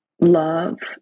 love